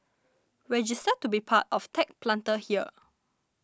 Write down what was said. register to be part of Tech Planter here